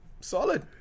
Solid